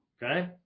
Okay